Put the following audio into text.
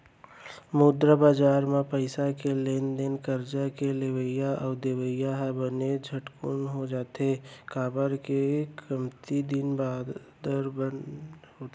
मुद्रा बजार म पइसा के लेन देन करजा के लेवई अउ देवई ह बने झटकून हो जाथे, काबर के कमती दिन बादर बर होथे